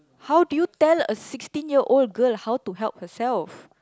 how do you tell a sixteen year old girl how to help herself